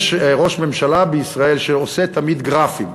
יש ראש ממשלה בישראל שעושה תמיד גרפים.